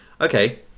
Okay